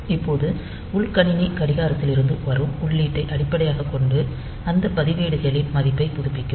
இப்போது உள் கணினி கடிகாரத்திலிருந்து வரும் உள்ளீட்டை அடிப்படையாகக் கொண்டு அந்த பதிவேடுகளின் மதிப்பைப் புதுப்பிக்கும்